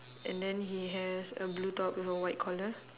and then he has a blue top with a white collar